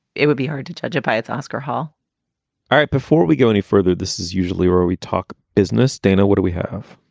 it would be hard to judge it by its oscar haul all right. before we go any further, this is usually where we talk business. dana, what do we have?